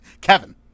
Kevin